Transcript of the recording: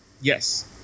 Yes